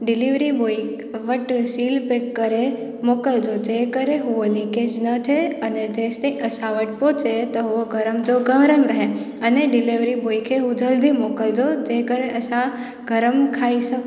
delivery boy वटि seal pack करे मोकिलिजो जंहिं करे हुआ लीकेज न थिए अने जेसि ताईं असां वटि पहुचे त हुआ गरम जो गरम रहे अने डिलीवरी बॉय खे हुओ जल्दी मोकिलिजो जंहिं करे असां गरम खाई सघूं